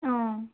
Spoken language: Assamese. অঁ